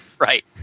Right